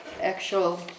actual